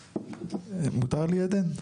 מותר לי עדן?